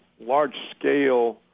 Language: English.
large-scale